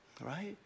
right